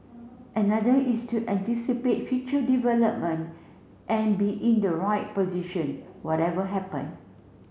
another is to anticipate future development and be in the right position whatever happen